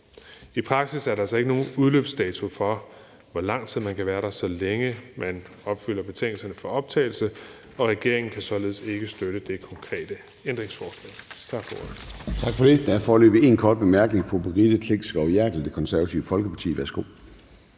I praksis er der altså ikke nogen udløbsdato for, hvor lang tid man kan være der, så længe man opfylder betingelserne for optagelse, og regeringen kan således ikke støtte det konkrete ændringsforslag. Tak for ordet.